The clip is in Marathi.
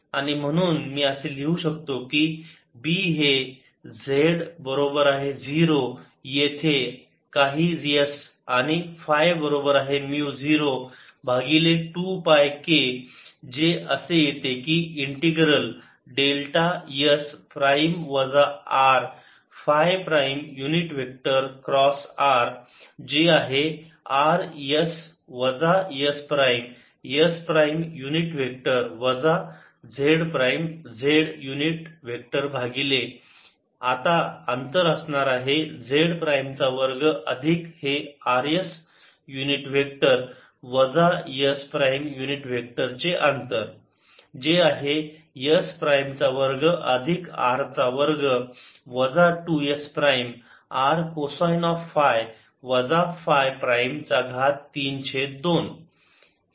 आणि म्हणून मी असे लिहू शकतो की B हे z बरोबर आहे 0 येथे आणि काही s आणि फाय बरोबर आहे म्यु 0 भागिले 2 पाय k जे असे येते की इंटिग्रल डेल्टा s प्राईम वजा R phi prime unit vector cross r जे आहे r s वजा s prime s prime unit vector वजा z prime z unit vector भागिले jrkδs Rrrsrsszz Bz0sϕ 0k2πs Rrs ss zzz2s2r2 2srcosϕ 32sdsdϕdz 0k2πrs Rs zzz2R2r2 2Rrcosϕ 32Rdϕdz आता अंतर असणार आहे z प्राईम चा वर्ग अधिक हे r s युनिट वेक्टर वजा s प्राईम युनिट वेक्टर चे अंतर जे आहे s प्राईम चा वर्ग अधिक r चा वर्ग वजा 2 s prime r cosine of phi वजा फाय प्राईम चा घात तीन छेद दोन